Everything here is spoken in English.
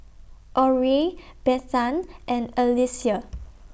Orie Bethann and Alyssia